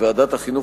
ועדת החינוך,